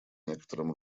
некотором